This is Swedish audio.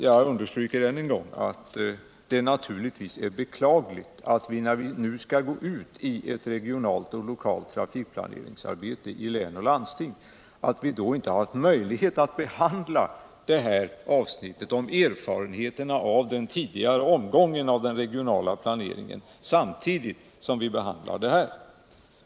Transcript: Jag understryker att det naturligtvis är beklagligt, att när vi skall gå ut i ett 5 regionalt och lokalt trafikplaneringsarbete i län och landsting, vi då inte har haft möjlighet att behandla avsnittet om erfarenheterna av den tidigare omgången av den regionala planeringen samtidigt som vi behandlar detta.